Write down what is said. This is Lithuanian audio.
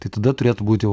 tai tada turėtų būt jau